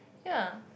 ya